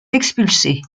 expulsés